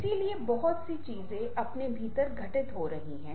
इसलिए बहुत सी चीजें अपने भीतर घटित हो रही हैं